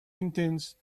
intense